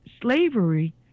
slavery